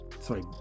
sorry